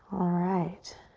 alright.